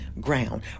ground